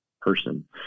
person